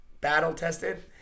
Battle-tested